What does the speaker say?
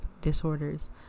disorders